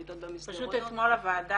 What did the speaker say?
מיטות במסדרונות -- פשוט אתמול הוועדה